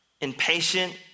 impatient